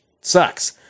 sucks